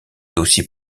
dossiers